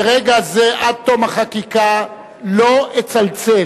מרגע זה עד תום החקיקה לא אצלצל.